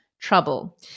trouble